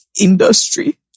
industry